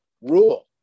rule